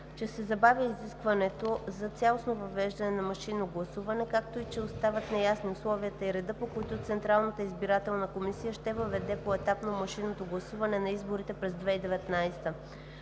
че се забавя изискването за цялостно въвеждане на машинното гласуване, както и че остават неясни условията и редът, по които Централната избирателна комисия ще въведе поетапно машинното гласуване на изборите през 2019 г.